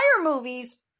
movies